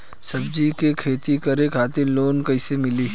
सब्जी के खेती करे खातिर लोन कइसे मिली?